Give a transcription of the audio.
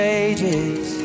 ages